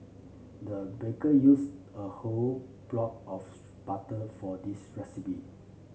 the baker used a whole block of butter for this recipe